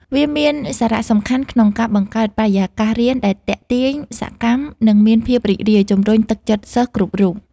វាមានសារៈសំខាន់ក្នុងការបង្កើតបរិយាកាសរៀនដែលទាក់ទាញ សកម្ម និងមានភាពរីករាយ ជម្រុញទឹកចិត្តសិស្សគ្រប់រូប។